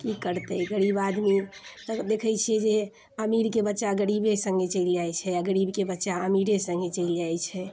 की करतै गरीब आदमी तऽ देखै छियै जे अमीरके बच्चा गरीबे सङ्गे चलि जाइ छै आओर गरीबके बच्चा अमीरे सङ्गे चलि जाइ छै